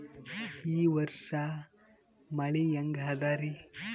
ಈ ವರ್ಷ ಮಳಿ ಹೆಂಗ ಅದಾರಿ?